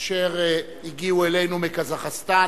אשר הגיעו אלינו מקזחסטן.